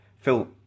Phil